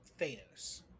thanos